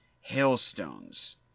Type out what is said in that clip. hailstones